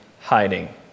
hiding